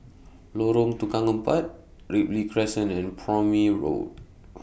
Lorong Tukang Empat Ripley Crescent and Prome Road